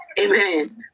Amen